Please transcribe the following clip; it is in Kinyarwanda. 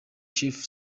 chief